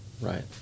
Right